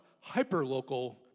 hyper-local